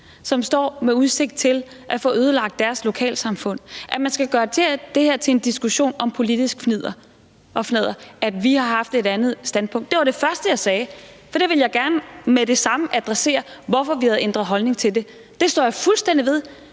som står med udsigt til at få ødelagt deres lokalsamfund, at man skal gøre det her til en diskussion om politisk fnidder og fnadder, at vi har haft et andet standpunkt. Det var det første, jeg sagde, fordi jeg gerne med det samme ville adressere, hvorfor vi havde ændret holdning til det. Det står jeg fuldstændig ved,